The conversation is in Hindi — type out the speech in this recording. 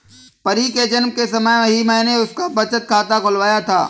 परी के जन्म के समय ही मैने उसका बचत खाता खुलवाया था